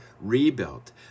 rebuilt